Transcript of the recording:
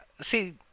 see